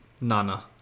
Nana